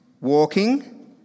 walking